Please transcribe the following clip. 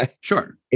sure